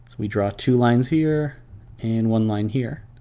we draw two lines here and one line here.